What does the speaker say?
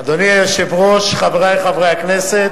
חברי חברי הכנסת,